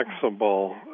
flexible